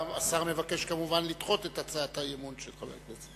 השר מבקש כמובן לדחות את הצעת האי-אמון של חבר הכנסת.